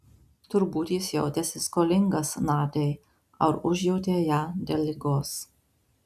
turbūt jis jautėsi skolingas nadiai ar užjautė ją dėl ligos